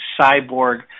Cyborg